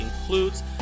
includes